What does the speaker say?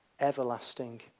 everlasting